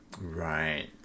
Right